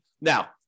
Now